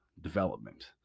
development